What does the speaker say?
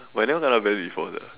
but I never kena banned before sia